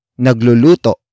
nagluluto